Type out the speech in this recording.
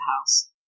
house